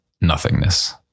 Nothingness